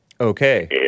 Okay